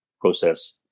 process